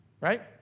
right